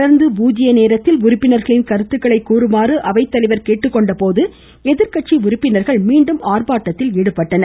தொடர்ந்து பூஜ்ஜிய நேரத்தில் உறுப்பினர்களின் கருத்துக்களை கூறுமாறு அவைத்தலைவர் கேட்டுக்கொண்டபோது எதிர்கட்சி உறுப்பினர்கள் மீண்டும் ஆர்ப்பாட்டத்தில் ஈடுபட்டனர்